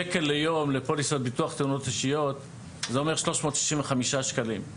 שקל ליום לפוליסת ביטוח תאונות אישיות זה אומר 365 שקלים.